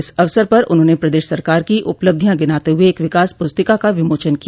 इस अवसर पर उन्होंने प्रदेश सरकार की उपलब्धियां गिनाते हुए एक विकास पुस्तिका का विमोचन किया